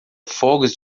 fogos